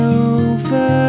over